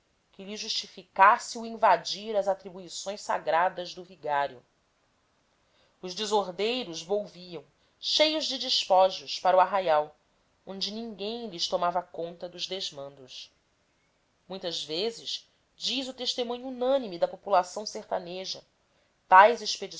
que lhe justificasse o invadir as atribuições sagradas do vigário os desordeiros volviam cheios de despojos para o arraial onde ninguém lhes tomava conta dos desmandos muitas vezes diz o testemunho unânime da população sertaneja tais